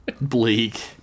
Bleak